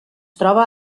troba